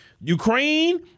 Ukraine